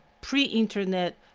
pre-internet